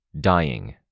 Dying